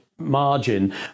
margin